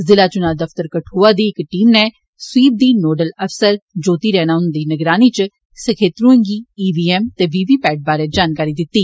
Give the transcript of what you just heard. जिला चुनां दफ्तर कठुआ दी इक टीम नै स्वीप दी नोडल अफसर ज्योति रैना हुंदी निगरानी च सखेत्रुएं गी ईवीएम ते वीवीपैट बारै जानकारी दित्ती